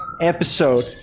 episode